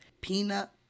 peanut